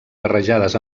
barrejades